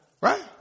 Right